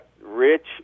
rich